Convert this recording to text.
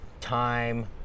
time